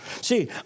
See